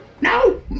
no